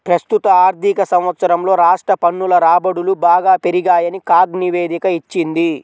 ప్రస్తుత ఆర్థిక సంవత్సరంలో రాష్ట్ర పన్నుల రాబడులు బాగా పెరిగాయని కాగ్ నివేదిక ఇచ్చింది